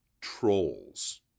Trolls